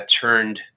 turned